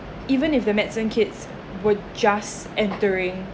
even if the medicine kits were just entering